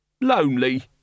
Lonely